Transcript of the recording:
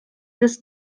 this